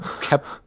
kept